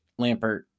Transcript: Lampert